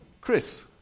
Chris